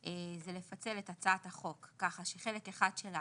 היא לפצל את הצעת החוק כך שחלק אחד שלה